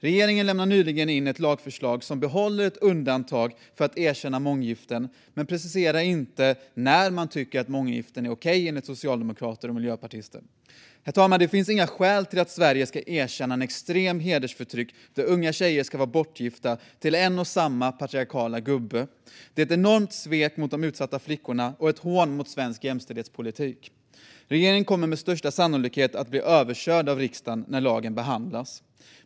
Regeringen lämnade nyligen in ett lagförslag som behåller ett undantag för att erkänna månggiften, men preciserar inte när man, enligt socialdemokrater och miljöpartister, tycker att månggifte är okej. Herr talman! Det finns inga skäl till att Sverige ska erkänna ett extremt hedersförtryck, där unga tjejer ska vara bortgifta till en och samma patriarkala gubbe. Det är ett enormt svek mot de utsatta flickorna och ett hån mot svensk jämställdhetspolitik. Regeringen kommer med största sannolikhet att bli överkörd av riksdagen när lagen behandlas.